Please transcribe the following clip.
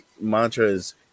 Mantras